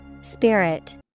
spirit